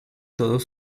todos